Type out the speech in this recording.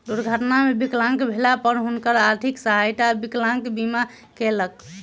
दुर्घटना मे विकलांग भेला पर हुनकर आर्थिक सहायता विकलांग बीमा केलक